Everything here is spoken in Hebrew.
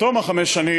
בתום חמש השנים